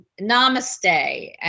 namaste